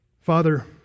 Father